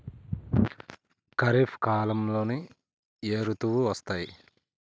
ఖరిఫ్ కాలంలో ఏ ఋతువులు వస్తాయి?